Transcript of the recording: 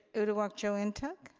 uduak joe and ntuk?